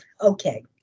Okay